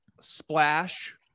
splash